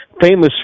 famous